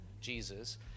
Jesus